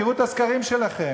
תראו את הסקרים שלכם.